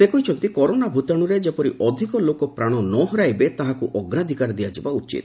ସେ କହିଛନ୍ତି କରୋନା ଭୂତାଶୁରେ ଯେପରି ଅଧିକ ଲୋକ ପ୍ରାଣ ନ ହରାଇବେ ତାହାକୁ ଅଗ୍ରାଧିକାର ଦିଆଯିବା ଉଚିତ